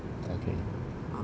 okay